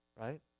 Right